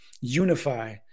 unify